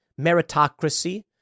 meritocracy